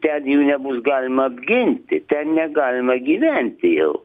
ten jų nebus galima apginti ten negalima gyventi jau